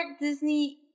Disney